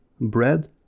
bread